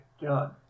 John